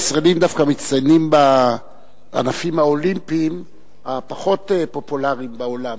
הישראלים דווקא מצטיינים בענפים האולימפיים הפחות פופולריים בעולם.